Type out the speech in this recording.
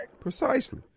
Precisely